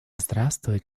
здравствует